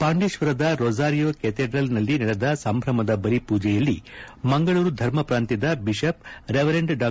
ಪಾಂಡೇಶ್ವರದ Rosario cathedral ನಲ್ಲಿ ನಡೆದ ಸಂಭ್ರಮದ ಬಲಿ ಪೂಜೆಯಲ್ಲಿ ಮಂಗಳೂರು ಧರ್ಮ ಪ್ರಾಂತ್ಯದ ಬಿಷಪ್ ರೆವರೆಂಡ್ ಡಾ